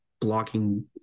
blocking